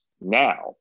now